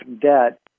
debt